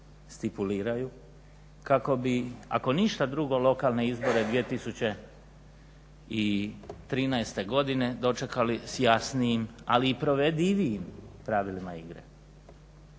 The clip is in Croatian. stipuliraju kako bi ako ništa drugo lokalne izbore 2013.godine dočekali s jasnijim ali i provedivijim pravilima igre,